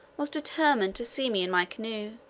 was determined to see me in my canoe,